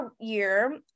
year